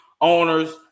owners